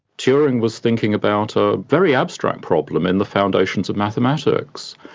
turing was thinking about a very abstract problem in the foundations of mathematics.